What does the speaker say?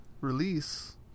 release